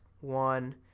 one